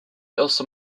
also